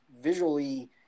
visually